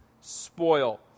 spoil